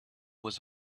was